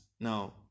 Now